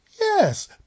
yes